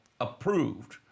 approved